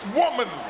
woman